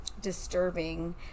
disturbing